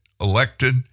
elected